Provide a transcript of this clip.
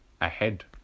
ahead